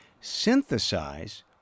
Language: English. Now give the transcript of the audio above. synthesize